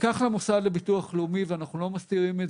לקח למוסד לביטוח לאומי ואנחנו לא מסתירים את